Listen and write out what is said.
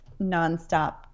nonstop